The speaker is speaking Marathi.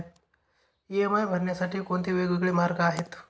इ.एम.आय भरण्यासाठी कोणते वेगवेगळे मार्ग आहेत?